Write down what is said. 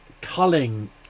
culling